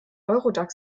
eurodac